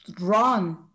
run